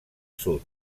sud